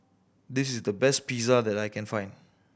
this is the best Pizza that I can find